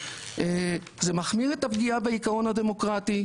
זה מחמיר את הפגיעה בעקרון הדמוקרטי,